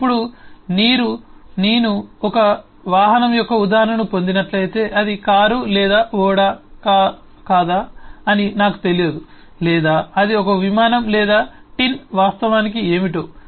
ఇప్పుడు నేను ఒక వాహనం యొక్క ఉదాహరణను పొందినట్లయితే అది కారు లేదా ఓడ కాదా అని నాకు తెలియదు లేదా అది ఒక విమానం లేదా టిన్ వాస్తవానికి ఏమిటో